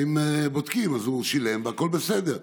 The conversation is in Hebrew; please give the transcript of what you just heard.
ואם בודקים, אז הוא שילם והכול בסדר.